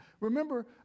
Remember